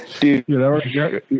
dude